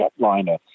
jetliner